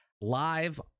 live